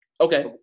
okay